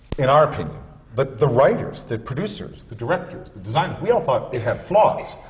in our opinion but the writers, the producers, the directors, the designers we all thought it had flaws,